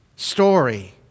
story